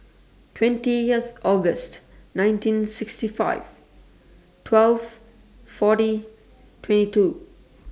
twentieth August nineteen sixty five twelve forty twenty two